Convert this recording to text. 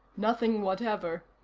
nothing whatever.